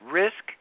risk